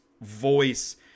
voice